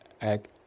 act